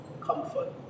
comfort